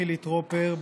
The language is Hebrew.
חילי טרופר,